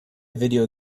video